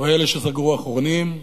או אלה שסגרו אחרונים,